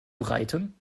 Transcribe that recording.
reiten